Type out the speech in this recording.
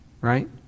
Right